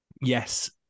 yes